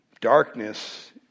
Darkness